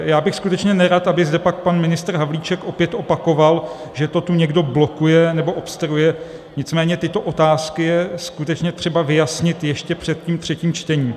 Já bych skutečně nerad, aby zde pak pan ministr Havlíček opět opakoval, že to tu někdo blokuje nebo obstruuje, nicméně tyto otázky je skutečně třeba vyjasnit ještě před tím třetím čtením.